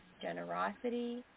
generosity